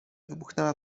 wybuchnęła